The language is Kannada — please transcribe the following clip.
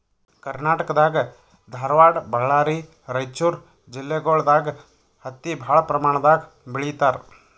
ಕರ್ನಾಟಕ್ ದಾಗ್ ಧಾರವಾಡ್ ಬಳ್ಳಾರಿ ರೈಚೂರ್ ಜಿಲ್ಲೆಗೊಳ್ ದಾಗ್ ಹತ್ತಿ ಭಾಳ್ ಪ್ರಮಾಣ್ ದಾಗ್ ಬೆಳೀತಾರ್